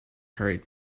hurried